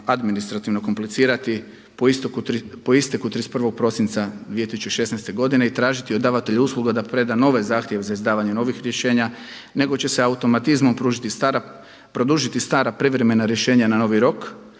administrativno komplicirati po isteku 31. prosinca 2016. godine i tražiti od davatelja usluga da preda nove zahtjeve za izdavanje novih rješenja nego će se automatizmom produžiti stara privremena rješenja na novi rok,